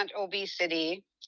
obesity